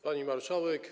Pani Marszałek!